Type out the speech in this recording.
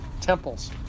temples